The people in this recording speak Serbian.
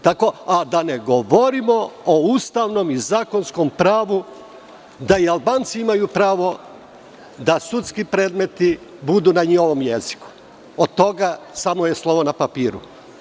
Tako da ne govorimo o ustavnompravu da i Albanci imaju pravo da sudski predmeti budu na njihovom jeziku, od toga je samo slovo na papiru.